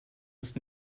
das